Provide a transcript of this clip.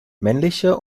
männliche